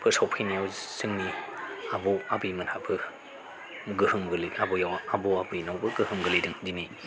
फोसावफैनायाव जोंनि आबौ आबैमोनहाबो गोहोम गोलैयो आबौ आबैनावबो गोहोम गोलैदों दिनै